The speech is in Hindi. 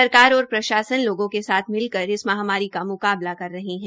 सरकार और प्रशासन लोगों के साथ मिलकर इस महामारी का मुकाबला कर रहे है